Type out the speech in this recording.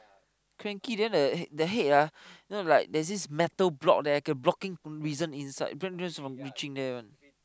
cranky then the the head ah you know like there's this metal block there blocking reason inside prevent news from reaching there one